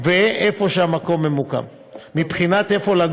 מבחינת מקום לגור,